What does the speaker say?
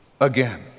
again